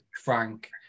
Frank